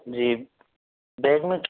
जी bag में